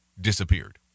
disappeared